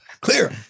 Clear